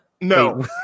No